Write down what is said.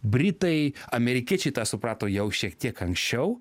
britai amerikiečiai tą suprato jau šiek tiek anksčiau